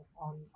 on